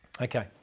Okay